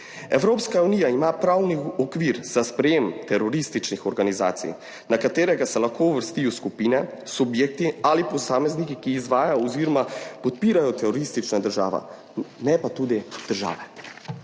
Evropska unija ima pravni okvir za sprejem terorističnih organizacij, na katerega se lahko uvrstijo skupine, subjekti ali posamezniki, ki izvajajo oziroma podpirajo teroristične države, ne pa tudi države.